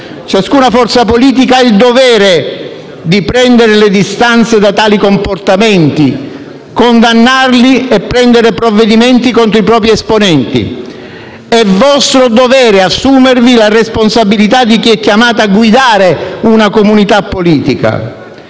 Ciascuna forza politica ha il dovere di prendere le distanze da tali comportamenti, di condannarli e di prendere provvedimenti contro i propri esponenti. È vostro dovere assumervi la responsabilità di chi è chiamato a guidare una comunità politica.